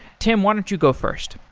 tim, why don't you go first?